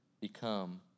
become